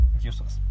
useless